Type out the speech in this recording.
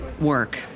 work